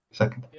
second